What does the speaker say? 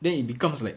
then it becomes like